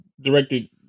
directed